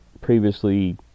previously